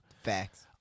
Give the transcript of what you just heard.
Facts